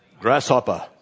Grasshopper